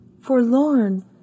forlorn